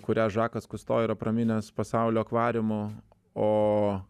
kurią žakas kusto yra praminęs pasaulio akvariumu o